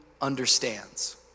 understands